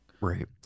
Right